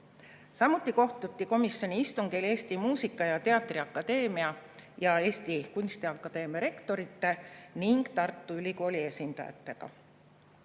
Samuti kohtuti komisjoni istungil Eesti Muusika- ja Teatriakadeemia ja Eesti Kunstiakadeemia rektorite ning Tartu Ülikooli esindajatega.